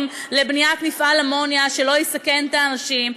לבניית מפעל אמוניה שלא יסכן את האנשים,